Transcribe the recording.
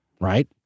right